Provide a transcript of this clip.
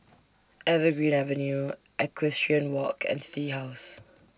Evergreen Avenue Equestrian Walk and City House